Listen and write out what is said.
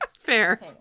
Fair